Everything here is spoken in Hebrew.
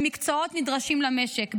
במקצועות נדרשים למשק,